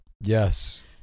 Yes